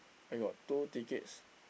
I got two tickets